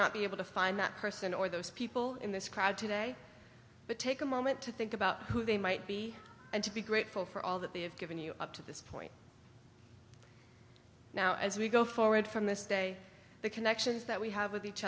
not be able to find that person or those people in this crowd today but take a moment to think about who they might be and to be grateful for all that they have given you up to this point now as we go forward from this day the connections that we have with each